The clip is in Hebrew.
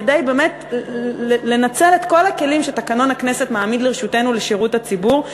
כדי באמת לנצל את כל הכלים שתקנון הכנסת מעמיד לרשותנו לשירות הציבור.